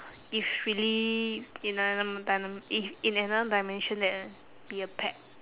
if really in another dimen~ if in another dimension that I'll be a pet